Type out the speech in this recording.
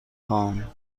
خواهم